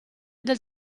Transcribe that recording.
del